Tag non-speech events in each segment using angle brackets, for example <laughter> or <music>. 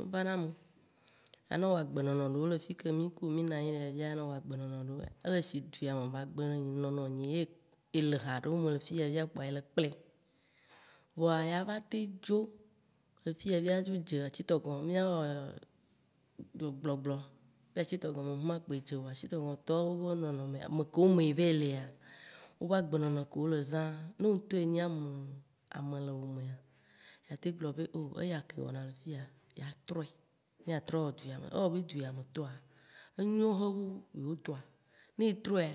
Evana me, ya nɔ wɔ agbenɔnɔ, ɖe le fike mì ku wo mì nanyi le ya via, ya nɔ wɔ agbenɔnɔ ɖewo, ele sie dzu ya me ba gbenɔnɔ enyi ye ele ya ɖewo me le fiya via kpoa ele kplɛ. Vɔa ya va teŋ dzo le fiya via adzo dze atitɔ̃ŋgɔ me be mɔ, mìawɔ gbe <unintelligible> atitɔ̃gɔ me tɔwo be nɔnɔme, amekewo me ye va yi lea, wo be agbenɔnɔ ko le zã, ne wò ŋtɔ nye ame, ame le wò mea, atem gblɔ be eya ke ye wɔna le fiya, ya trɔe, ne yea trɔ wɔ du ya me, ewɔ abe dzu ya me tɔa, enyo wu yewo tɔa, ne yi trɔea,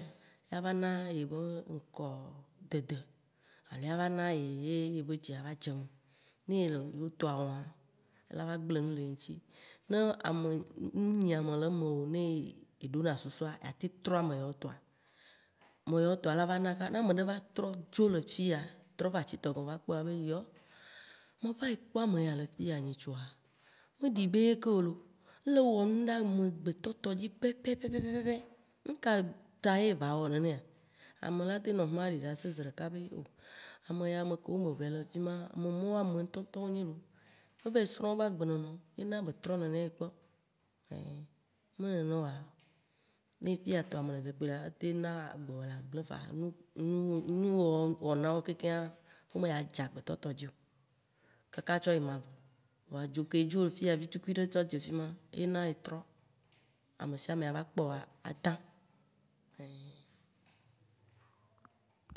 ava na yebe ŋkɔ dede alo ava na ye be dzi ava dze eme. Ne ye le yewo tɔa wɔma, ela va gble nu le ye ŋti. Ne amewò, nu nyiame le mewò eɖona susua, atem atrɔ ame ya wo tɔa. Me ya wo tɔ la va na kaka ne ameɖe va tro tso le fiya trɔ va atitɔ̃ŋgɔ va kpɔ wòa, abe yɔ, meva yi kpɔ ameya le. fiya nyitsɔa, meɖi be yike ye o looo, ele wɔ nu ɖe amegbetɔ tɔ dzi pɛpɛpɛpɛ. Ŋka ta ye ba wɔ nenea, ame la teŋ nɔ hma aɖi ɖase zi ɖeka be, ameya, amekewo me be va yi le le fima, ame mɔwoa, ame ŋtɔŋtɔŋ wo nyi looo. Eva yi srɔ̃ wo be agbenɔnɔ ye na be trɔ nene ye kpɔ. Ne me nenema o oa, ne fiya tɔ me ɖeɖe kpo le lea, eteŋ na agblewoa la gble fãaaa, nu wò wɔnawo keŋkeŋa, wo me dza dze agbetɔ tɔ dzi o. Kaka tsɔ yi mavɔ. Vɔ dzo ke dzo le fiya vi tukui ɖea, tsɔ dze fima, ye na ye etrɔ. Amesiame ava kpɔ woa, adã.